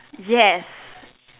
yes